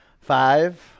Five